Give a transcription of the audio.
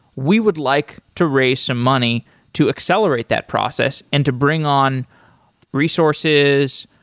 we would like to raise some money to accelerate that process and to bring on resources,